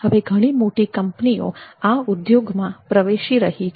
હવે ઘણી મોટી કંપનીઓ આ ઉદ્યોગમાં પ્રવેશી રહી છે